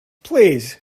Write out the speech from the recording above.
please